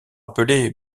appelé